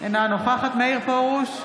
אינה נוכחת מאיר פרוש,